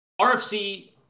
RFC